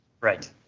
Right